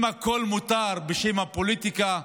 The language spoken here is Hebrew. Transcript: אם הכול מותר בשם הפוליטיקה,